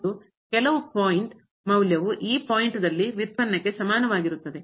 ಮತ್ತು ಕೆಲವು ಪಾಯಿಂಟ್ ಮೌಲ್ಯವು ಆ ಪಾಯಿಂಟ್ ದಲ್ಲಿ ವ್ಯುತ್ಪನ್ನಕ್ಕೆ ಸಮಾನವಾಗಿರುತ್ತದೆ